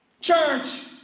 church